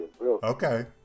Okay